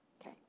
Okay